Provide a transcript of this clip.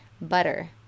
butter